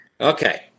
Okay